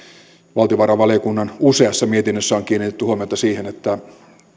valtiovarainvaliokunnan useassa mietinnössä on kiinnitetty huomiota siihen että